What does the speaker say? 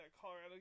Colorado